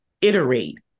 iterate